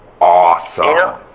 awesome